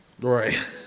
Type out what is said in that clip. Right